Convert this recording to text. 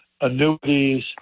annuities